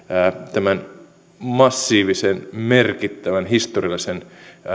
tämän massiivisen merkittävän historiallisen